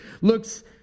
looks